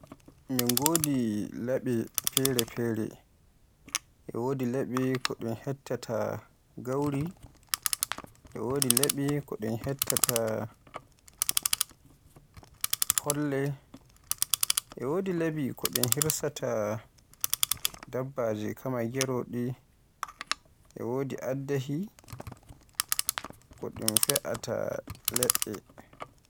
Min godi laɓi fere-fere. E wodi laɓi ko ɗun hetta ta gawri, e wodi laɓi ko ɗun hettata folle. E wodi laɓi ko ɗun hirsaata dabbaji, kamaa geroɗe. E wodi addahi ko ɗun fee'ata leɗɗe.